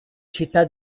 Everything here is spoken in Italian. città